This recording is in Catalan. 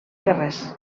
ferrers